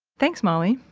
thanks molly.